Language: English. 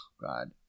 God